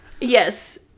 Yes